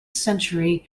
century